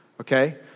okay